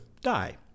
die